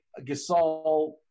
Gasol